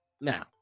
now